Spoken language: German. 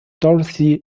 dorothy